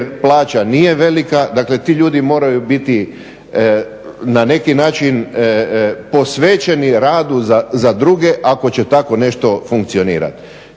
plaća nije velika. Dakle ti ljudi moraju biti na neki način posvećeni radu za druge ako će tako nešto funkcionirati.